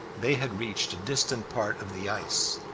they had reached a distant part of the ice,